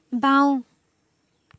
বাওঁ